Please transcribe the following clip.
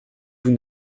vous